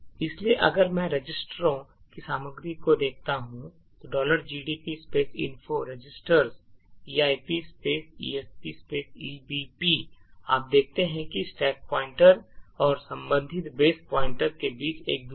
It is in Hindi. इसलिए अगर मैं रजिस्टरों की सामग्री को देखता हूं gdb info registers eip esp ebp आप देखते हैं कि स्टैक पॉइंटर और संबंधित बेस पॉइंटर के बीच एक दूरी है